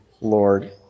Lord